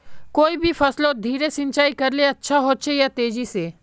कोई भी फसलोत धीरे सिंचाई करले अच्छा होचे या तेजी से?